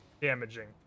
damaging